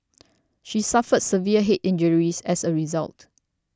she suffered severe head injuries as a result